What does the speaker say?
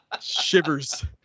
Shivers